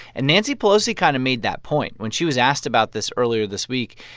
and nancy pelosi kind of made that point. when she was asked about this earlier this week,